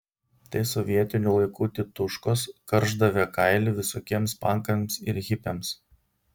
tai sovietinių laikų tituškos karšdavę kailį visokiems pankams ir hipiams